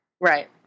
Right